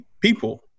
people